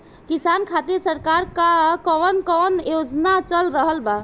किसान खातिर सरकार क कवन कवन योजना चल रहल बा?